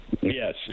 Yes